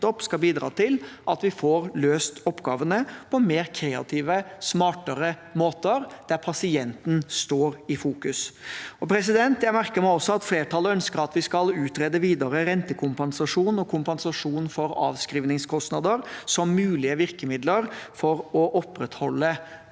skal bidra til at vi får løst oppgavene på mer kreative og smartere måter, der pasienten står i fokus. Jeg merker meg at flertallet ønsker at vi skal utrede videre rentekompensasjon og kompensasjon for avskrivingskostnader som mulige virkemidler for å opprettholde